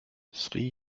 sri